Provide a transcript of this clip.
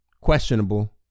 Questionable